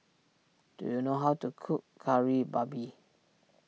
do you know how to cook Kari Babi